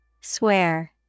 Swear